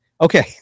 okay